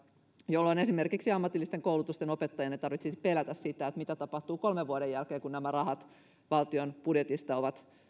jolloin esimerkiksi ammatillisen koulutuksen opettajan ei tarvitsisi pelätä sitä mitä tapahtuu kolmen vuoden jälkeen kun nämä rahat valtion budjetista ovat